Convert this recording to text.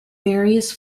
various